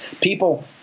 People